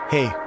Hey